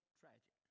tragic